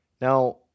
Now